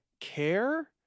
care